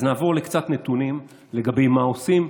אז נעבור לקצת נתונים לגבי מה עושים,